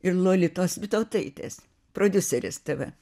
ir lolitos bytautaitės prodiuseris tv